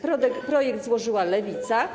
Projekt złożyła Lewica.